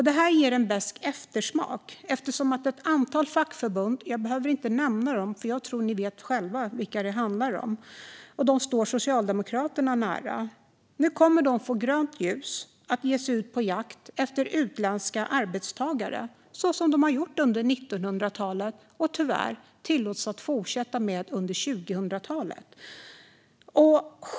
Det ger en besk eftersmak, eftersom ett antal fackförbund - jag behöver inte nämna dem, för jag tror att ni själva vet vilka det handlar om - står Socialdemokraterna nära. Nu kommer de att få grönt ljus för att ge sig ut på jakt efter utländska arbetstagare så som de har gjort under 1900-talet och tyvärr tillåts att fortsätta med under 2000-talet.